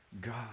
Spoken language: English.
God